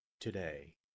today